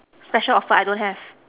special offer I don't have